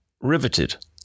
riveted